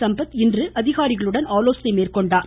சம்பத் இன்று அதிகாரிகளுடன் ஆலோசனை மேற்கொண்டார்